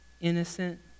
innocent